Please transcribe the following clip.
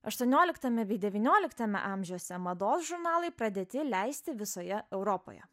aštuonioliktame bei devynioliktame amžiuose mados žurnalai pradėti leisti visoje europoje